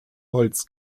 holz